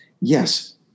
Yes